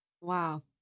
Wow